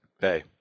Hey